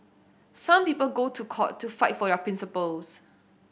some people go to court to fight for the principles